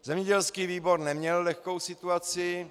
Zemědělský výbor neměl lehkou situaci.